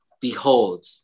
Behold